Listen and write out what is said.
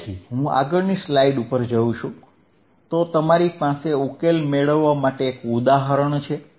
તેથી જો હું આગળની સ્લાઇડ પર જાઉં તો તમારી પાસે ઉકેલ મેળવવા માટે એક ઉદાહરણ છે